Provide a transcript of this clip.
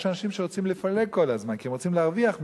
יש אנשים שרוצים לפלג כל הזמן כי הם רוצים להרוויח מפילוג.